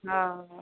हा